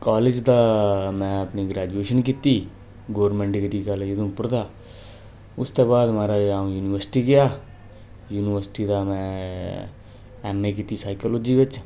college दा में अपनी ग्रेजुएशन कीती गोरमेंट डिग्री कालेज उधमपुर दा उसदै बाद महाराज अ'ऊं यूनिवर्सिटी गेआ यूनिवर्सिटी दा में ऐम ऐ कीती साईकोलजी बिच्च